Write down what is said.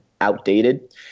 outdated